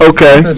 Okay